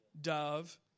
dove